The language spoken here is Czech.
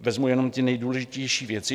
Vezmu jenom ty nejdůležitější věci.